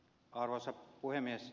arvoisa puhemies